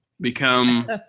become